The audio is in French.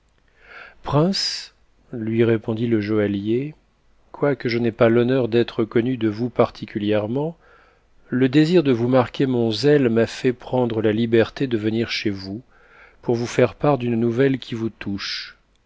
prince lui répondit le joaillier quoique je n'aie pas l'honneur d'être connu de vous particulièrement le désir de vous marquer mon zèle m'a fait prendre la liberté de venir chez vous pour vous faire part d'une nouvelle qui vous touche